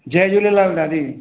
जय झूलेलाल दादी